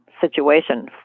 situation